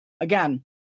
again